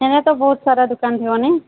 ଏଇନେ ତ ବହୁତ୍ ସାରା ଦୋକାନ ଥିବ ନି